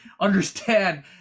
understand